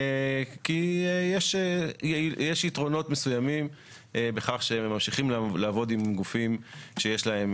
כי יש יתרונות מסוימים בכך שממשיכים לעבוד עם גופים שיש להם